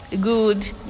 good